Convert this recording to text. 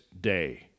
day